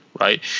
Right